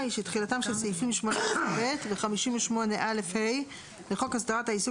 תחילתם של סעיפים 18(ב) ו-58א(ה) לחוק הסדרת העיסוק